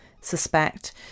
suspect